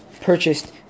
purchased